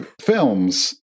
films